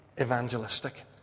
evangelistic